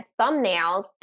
thumbnails